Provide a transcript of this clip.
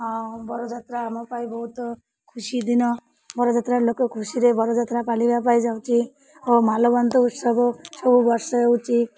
ଆ ବରଯାତ୍ରା ଆମ ପାଇଁ ବହୁତ ଖୁସି ଦିନ ବରଯାତ୍ରାରେ ଲୋକ ଖୁସିରେ ବରଯାତ୍ରା ପାଳିବା ପାଇଁ ଯାଉଛି ଓ ମାଲବନ୍ତ ଉତ୍ସବ ସବୁ ବର୍ଷ ହେଉଛି